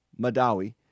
Madawi